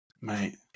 Mate